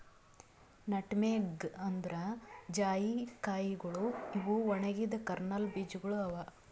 nutmeg ಅಂದುರ್ ಜಾಯಿಕಾಯಿಗೊಳ್ ಇವು ಒಣಗಿದ್ ಕರ್ನಲ್ ಬೀಜಗೊಳ್ ಅವಾ